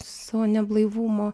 savo neblaivumo